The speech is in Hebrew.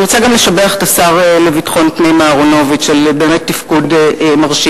אני רוצה גם לשבח את השר לביטחון הפנים אהרונוביץ על תפקוד מרשים.